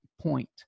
point